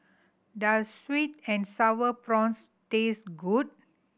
does sweet and Sour Prawns taste good